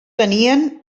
tenien